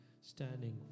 standing